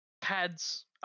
pads